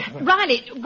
Riley